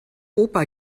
opa